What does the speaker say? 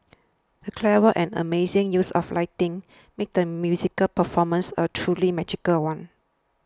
the clever and amazing use of lighting made the musical performance a truly magical one